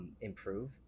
improve